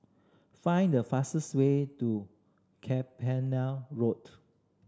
find the fastest way to Road